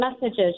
messages